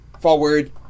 forward